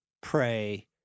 pray